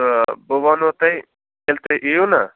آ بہِ وَنہو تۄہہِ ییٚلہِ تُہۍ یِیِو نا